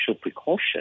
precaution